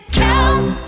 count